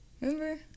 Remember